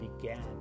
began